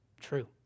true